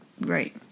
Right